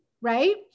right